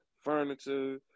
furniture